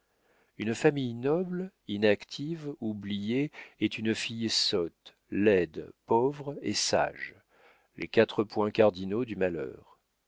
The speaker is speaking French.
une famille noble inactive oubliée est une fille sotte laide pauvre et sage les quatre points cardinaux du malheur